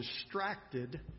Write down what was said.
distracted